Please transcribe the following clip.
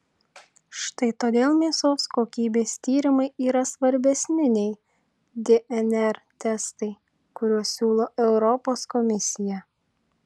štai todėl mėsos kokybės tyrimai yra svarbesni nei dnr testai kuriuos siūlo europos komisija